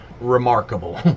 remarkable